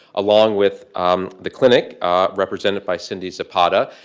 along with the clinic represented by cindy zapata.